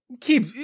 keep